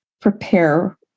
prepare